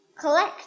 collect